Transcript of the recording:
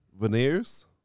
veneers